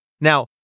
Now